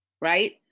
right